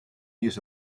use